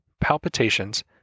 palpitations